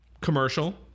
commercial